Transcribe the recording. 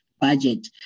budget